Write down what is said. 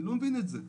אני לא מבין את זה.